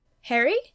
Harry